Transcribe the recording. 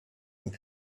and